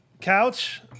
couch